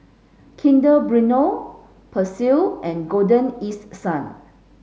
Kinder Bueno Persil and Golden East Sun